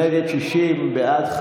נגד,